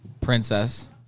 princess